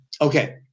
okay